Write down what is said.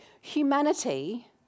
humanity